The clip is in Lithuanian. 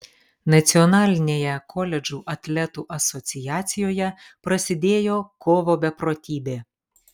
nacionalinėje koledžų atletų asociacijoje prasidėjo kovo beprotybė